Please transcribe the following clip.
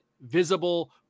visible